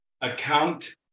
account